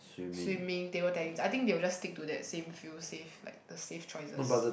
swimming table tennis I think they will just stick to that same few safe like the safe choices